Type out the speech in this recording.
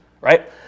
right